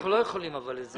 אנחנו לא יכולים את זה.